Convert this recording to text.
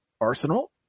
Arsenal